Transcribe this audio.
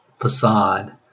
facade